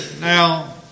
now